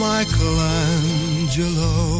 Michelangelo